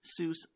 Seuss